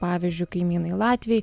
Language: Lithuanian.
pavyzdžiui kaimynai latviai